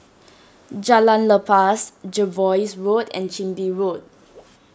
Jalan Lepas Jervois Road and Chin Bee Road